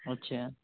اچھا